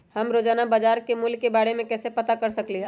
हम रोजाना बाजार के मूल्य के के बारे में कैसे पता कर सकली ह?